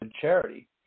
charity